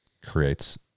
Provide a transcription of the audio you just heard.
creates